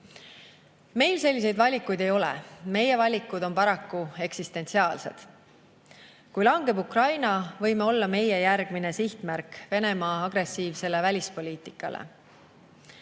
Meil selliseid valikuid ei ole, meie valikud on paraku eksistentsiaalsed. Kui langeb Ukraina, võime meie olla järgmine sihtmärk Venemaa agressiivsele välispoliitikale.